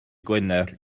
gwener